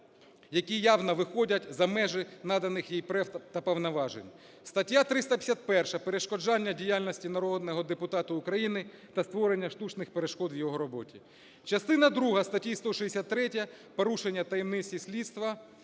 які явно виходять за межі наданих їй прав та повноважень; стаття 351 – перешкоджання діяльності народного депутата України та створення штучних перешкод в його роботі; частина друга статті 163 – порушення таємниці слідства,